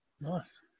Nice